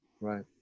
Right